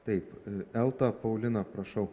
taip elta paulina prašau